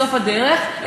בסוף הדרך,